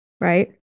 right